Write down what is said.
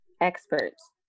Experts